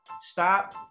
stop